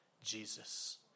Jesus